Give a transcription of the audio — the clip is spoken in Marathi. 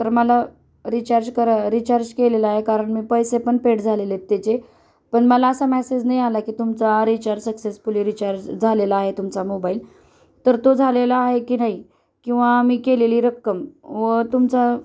तर मला रिचार्ज करा रिचार्ज केलेला आहे कारण मी पैसे पण पेड झालेले आहेत त्याचे पण मला असा मॅसेज नाही आला की तुमचा रिचार्ज सक्सेसफुली रिचार्ज झालेला आहे तुमचा मोबाईल तर तो झालेला आहे की नाही किंवा मी केलेली रक्कम व तुमचा